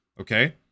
okay